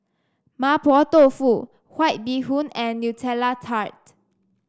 Mapo Tofu White Bee Hoon and Nutella Tart